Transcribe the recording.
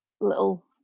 little